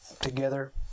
together